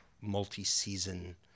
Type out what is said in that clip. multi-season